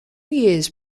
years